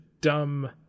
dumb